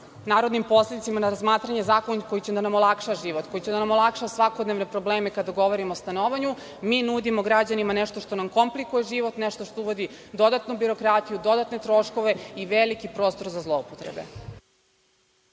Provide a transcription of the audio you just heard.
narodnim poslanicima na razmatranje zakon koji će da nam olakša život, koji će da nam olakša svakodnevne probleme, kada govorimo o stanovanju, mi nudimo građanima nešto što im komplikuje život, nešto što uvodi dodatnu birokratiju, dodatne troškove i veliki prostor za zloupotrebe.